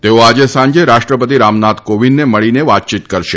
તેઓ આજે સાંજે રાષ્ટ્રપતિ રામનાથ કોવિંદને મળીને વાતચીત કરશે